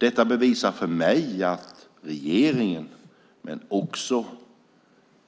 Detta bevisar för mig att regeringen men också